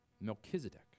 Melchizedek